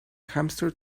hamster